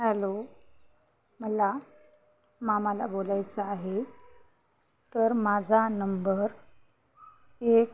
hello मला मामाला बोलायचां आहे तर माझा नंबर एक